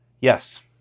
Yes